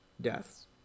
deaths